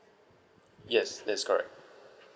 yes that's correct